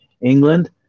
England